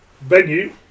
Venue